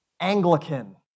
Anglican